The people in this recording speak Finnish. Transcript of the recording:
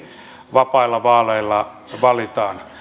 vapailla vaaleilla valitaan